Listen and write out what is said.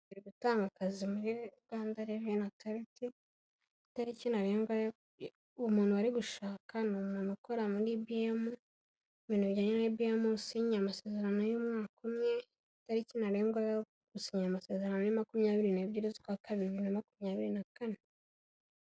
Turi gutanga akazi muri Rwanda revenue Authority, itariki ntarengwa, umuntu bari gushaka ni umuntu ukora muri EBM, ibintu bijyanye na EBM usinye amasezerano y'umwaka umwe; itariki ntarengwa yo gusinya amasezerano ni makumyabiri n'ebyiri z'ukwa kabiri bibiri na makumyabiri na kane.